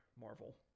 Marvel